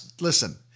listen